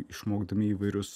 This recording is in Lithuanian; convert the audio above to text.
išmokdami įvairius